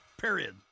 period